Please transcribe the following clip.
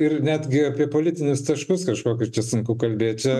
ir netgi apie politinius taškus kažkokius čia sunku kalbėt čia